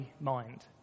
mind